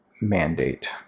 mandate